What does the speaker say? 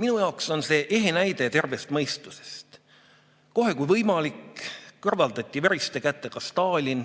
Minu jaoks on see ehe näide terve mõistuse kohta. Kohe kui võimalik, kõrvaldati veriste kätega Stalin,